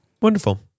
Wonderful